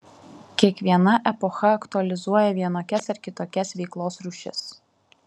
kiekviena epocha aktualizuoja vienokias arba kitokias veiklos rūšis